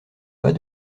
pas